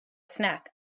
snack